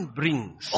brings